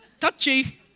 Touchy